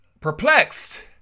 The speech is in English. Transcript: perplexed